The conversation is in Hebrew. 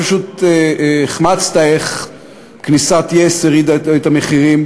פשוט החמצת איך כניסת yes הורידה את המחירים,